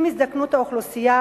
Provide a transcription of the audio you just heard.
עם הזדקנות האוכלוסייה,